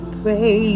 pray